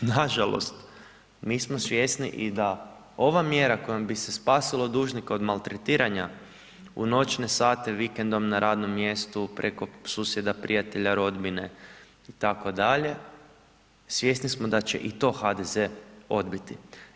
Nažalost mi smo svjesni i da ova mjera kojom bi se spasilo dužnika od maltretiranja u noćne sate, vikendom, na radnom mjestu, preko susjeda, prijatelja, rodbine itd.. svjesni smo da će i to HDZ odbiti.